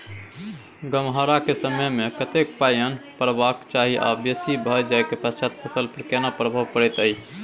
गम्हरा के समय मे कतेक पायन परबाक चाही आ बेसी भ जाय के पश्चात फसल पर केना प्रभाव परैत अछि?